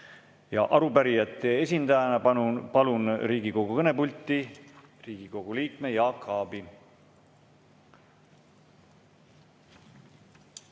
Arupärijate esindajana palun Riigikogu kõnepulti Riigikogu liikme Jaak Aabi.